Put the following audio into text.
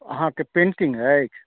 अहाँके पेन्टिंग अछि